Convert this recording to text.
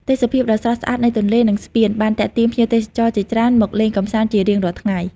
ទេសភាពដ៏ស្រស់ស្អាតនៃទន្លេ និងស្ពាន បានទាក់ទាញភ្ញៀវទេសចរជាច្រើនមកលេងកម្សាន្តជារៀងរាល់ថ្ងៃ។